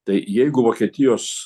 tai jeigu vokietijos